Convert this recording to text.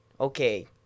okay